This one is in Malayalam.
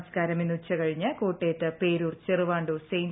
സംസ്കാരം ഇന്ന് ഉച്ച കഴിഞ്ഞ് കോട്ടയത്ത് പേരൂർ ചെറുവാണ്ടൂർ സെന്റ്